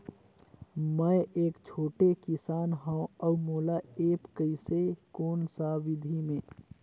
मै एक छोटे किसान हव अउ मोला एप्प कइसे कोन सा विधी मे?